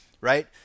right